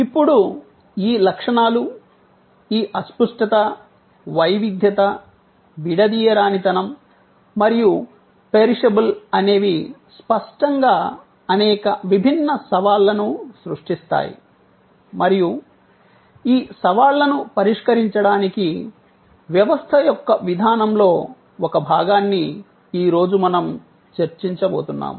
ఇప్పుడు ఈ లక్షణాలు ఈ అస్పష్టత వైవిధ్యత విడదీయరానితనం మరియు పెరిషబుల్ అనేవి స్పష్టంగా అనేక విభిన్న సవాళ్లను సృష్టిస్తాయి మరియు ఈ సవాళ్లను పరిష్కరించడానికి వ్యవస్థ యొక్క విధానంలో ఒక భాగాన్ని ఈ రోజు మనం చర్చించబోతున్నాము